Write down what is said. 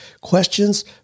questions